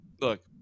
look